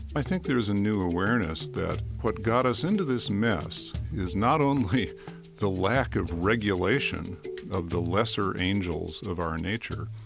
i think there is a new awareness that what got us into this mess is not only the lack of regulation of the lesser angels of our nature,